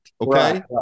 Okay